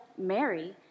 Mary